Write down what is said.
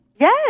Yes